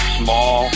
small